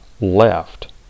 left